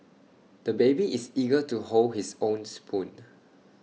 the baby is eager to hold his own spoon